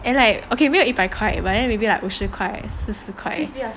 and like okay 没有一百块 but then maybe like 五十块四十块